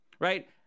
right